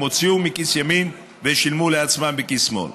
הוציאו מכיס ימין ושילמו לעצמם בכיס שמאל.